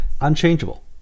unchangeable